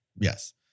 yes